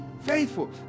faithful